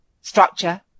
structure